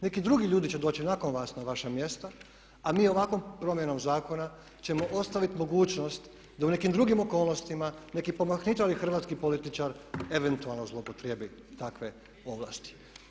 Neki drugi ljudi će doći nakon vas na vaša mjesta a mi ovakvom promjenom zakona ćemo ostaviti mogućnost da u nekim drugim okolnostima neki pomahnitali hrvatski političar eventualno zloupotrijebi takve ovlasti.